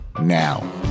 now